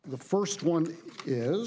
the first one is